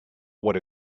what